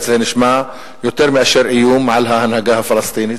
זה נשמע, יותר מאשר איום על ההנהגה הפלסטינית,